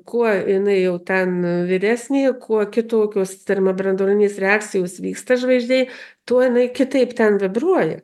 kuo jinai jau ten vyresnė kuo kitokios termobranduolinės reakcijos vyksta žvaigždėje tuo jinai kitaip ten vibruoja